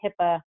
HIPAA